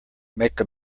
make